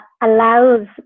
allows